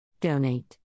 Donate